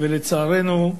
לצערנו,